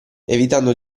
evitando